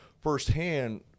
firsthand